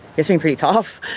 it's been pretty tough.